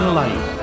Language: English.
life